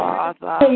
Father